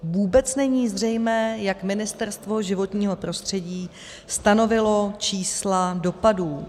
Vůbec není zřejmé, jak Ministerstvo životního prostředí stanovilo čísla dopadů.